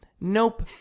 nope